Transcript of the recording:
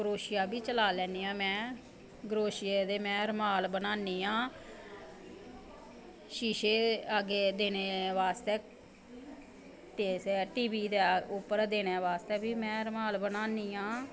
crochet बी में चला लैन्नी आं क्रोशियै नें रमाल बना लैन्नी आं शिशे अग्गैं देनें बास्तै टी बी दै उप्पर बनाने बास्तै बी में रमाल बना लैन्नी आं